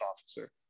officer